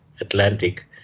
Atlantic